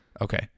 Okay